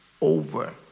over